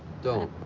don't.